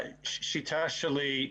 השיטה שלי,